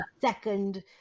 second